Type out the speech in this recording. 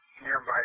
nearby